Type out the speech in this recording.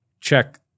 check